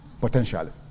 potentially